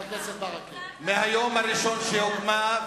מהיום הראשון שהוקמה,